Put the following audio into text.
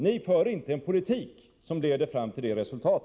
Ni för inte en politik som leder fram till detta resultat.